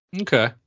Okay